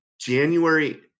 January